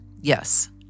Yes